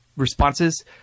responses